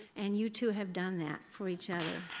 and you two have done that for each other.